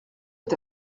est